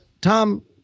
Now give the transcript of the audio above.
Tom